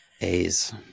A's